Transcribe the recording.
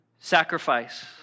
Sacrifice